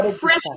fresh